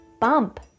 bump